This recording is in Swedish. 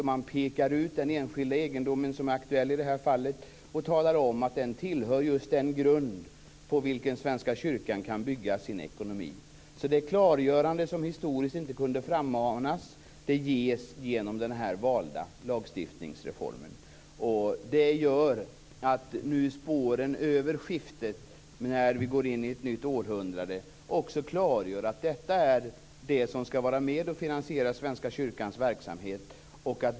Man pekar ut den enskilda egendom som är aktuell i det här fallet och talar om att den tillhör just den grund på vilken Svenska kyrkan kan bygga sin ekonomi. Det klargörande som historiskt inte kunde frammanas ges alltså genom den här valda lagstiftningsreformen. Det gör att spåren över skiftet, när vi nu går in i ett nytt århundrade, också klargör att detta är det som skall vara med och finansiera Svenska kyrkans verksamhet.